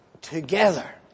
Together